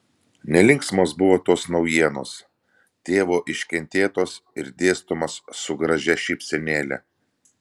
nelinksmos buvo tos naujienos tėvo iškentėtos ir dėstomos su gaižia šypsenėle